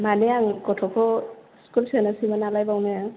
माने आं गथ'खौ स्कुल सोनोसैमोन नालाय बावनो